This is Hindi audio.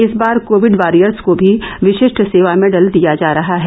इस बार कोविड वारियर्स को भी विशिष्ट सेवा मेडल दिया जा रहा है